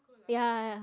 ya